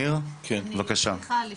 ניר בבקשה --- אני אשמח לסיום,